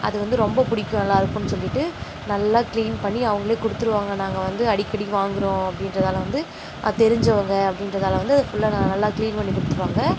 அது வந்து ரொம்ப பிடிக்கும் எல்லோருக்கும் சொல்லிவிட்டு நல்லா கிளீன் பண்ணி அவங்களே கொடுத்துருவாங்க நாங்கள் வந்து அடிக்கடி வாங்குறோம் அப்படின்றதால வந்து தெரிஞ்சவங்கள் அப்படின்றதால வந்து அதை ஃபுல்லாக ந நல்லாக கிளீன் பண்ணி குடுத்துருவாங்க